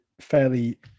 fairly